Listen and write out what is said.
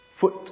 Foot